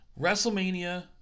WrestleMania